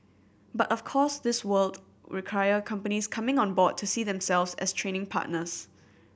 but of course this would require companies coming on board to see themselves as training partners